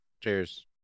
cheers